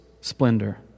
splendor